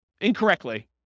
incorrectly